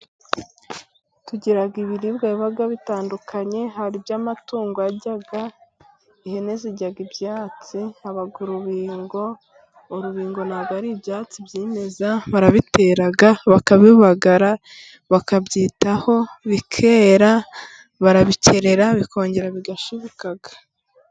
Tugira ibiribwa biba bitandukanye, haribyo amatungo arya, ihene zirya ibyatsi, haba n'urubingo, urubingo ntabwo ari ibyatsi byimeza, barabitera bakabibagara bakabyitaho bikera, barabikenura bikongera bigashibuka.